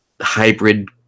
hybrid